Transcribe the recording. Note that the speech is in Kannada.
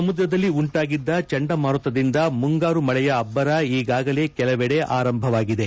ಸಮುದ್ರದಲ್ಲಿ ಉಂಟಾಗಿದ್ದ ಚಂಡಮಾರುತದಿಂದ ಮುಂಗಾರು ಮಳೆಯ ಅಬ್ಲರ ಈಗಾಗಲೇ ಕೆಲವೆಡೆ ಅರಬ್ಲಿ ಆರಂಭವಾಗಿದೆ